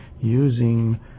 using